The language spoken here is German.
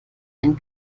einen